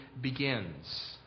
begins